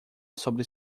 sobre